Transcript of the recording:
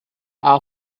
are